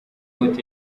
out